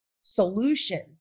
solutions